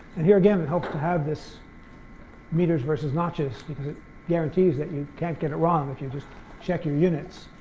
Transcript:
and here again it helps to have this meters versus notches because it guarantees that you can't get it wrong if you just check your units.